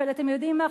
אבל אתם יודעים מה,